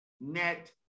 net